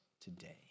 today